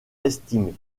estimer